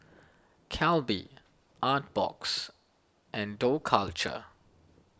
Calbee Artbox and Dough Culture